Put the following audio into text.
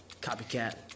Copycat